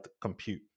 compute